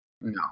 No